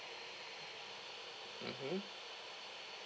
mmhmm